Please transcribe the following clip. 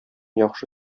яхшы